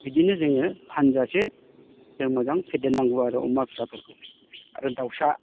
बिदिनो जोङो फानजासे जों मोजां फेदेरनांगौ आरो अमा फिसाफोरखौ आरो दावसा